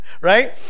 Right